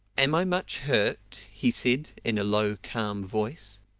am i much hurt? he said, in a low calm voice.